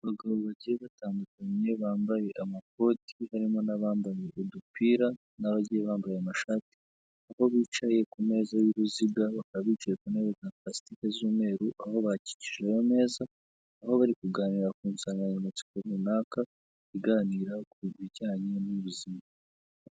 Abagabo bagiye batandukanye bambaye amakoti, barimo n'abambaye udupira, n'abagiye bambaye amashati ,abo bicaye ku meza y'uruziga, bakaba bicaye ku ntebe za pulastiki z'umweru, aho bakikije ameza ,aho bari kuganira ku nsanganyamatsiko runaka iganira ku bijyanye n'ubuzima.